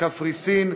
קפריסין,